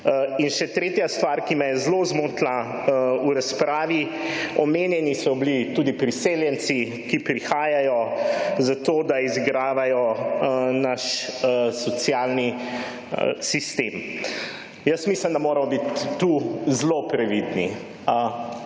In še tretja stvar, ki me je zelo zmotila v razpravi. Omenjeni so bili tudi priseljenci, ki prihajajo zato, da izigravajo naš socialni sistem. Jaz mislim, da moramo biti tu zelo previdni.